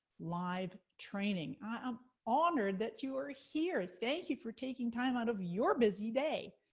live training. i am honored that you're here. thank you for taking time out of your busy day.